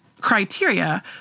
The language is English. criteria